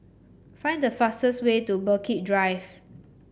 find the fastest way to Berwick Drive